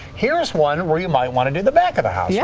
here's one where you might want to do the back of the house. yeah